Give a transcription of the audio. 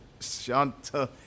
Shanta